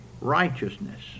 righteousness